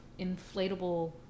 inflatable